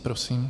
Prosím.